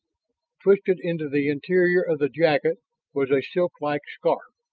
twisted into the interior of the jacket was a silklike scarf,